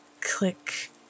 click